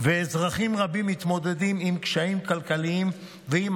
אזרחים רבים מתמודדים עם קשיים כלכליים ועם